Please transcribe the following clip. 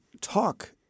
talk